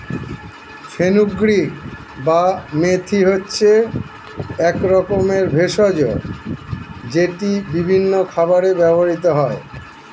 fenugreek বা মেথি হচ্ছে এক রকমের ভেষজ যেটি বিভিন্ন খাবারে ব্যবহৃত হয়